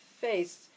face